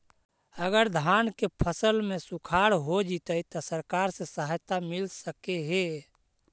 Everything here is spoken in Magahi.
अगर धान के फ़सल में सुखाड़ होजितै त सरकार से सहायता मिल सके हे?